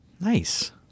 Nice